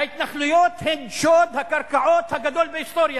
ההתנחלויות הן שוד הקרקעות הגדול בהיסטוריה.